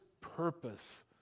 purpose